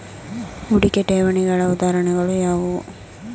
ಹೂಡಿಕೆ ಠೇವಣಿಗಳ ಉದಾಹರಣೆಗಳು ಯಾವುವು?